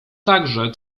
także